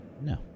No